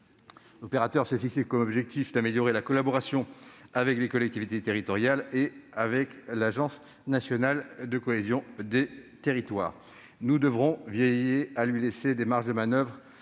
L'opérateur s'est fixé pour objectif d'améliorer la collaboration avec les collectivités territoriales et avec l'Agence nationale de cohésion des territoires. Nous devrons veiller à lui laisser des marges de manoeuvre